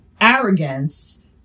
arrogance